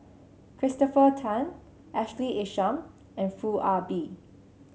Christopher Tan Ashley Isham and Foo Ah Bee